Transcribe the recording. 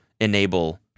enable